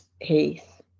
Heath